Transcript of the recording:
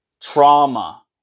trauma